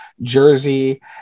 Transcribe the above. Jersey